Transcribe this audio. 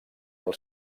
del